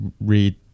read